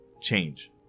Change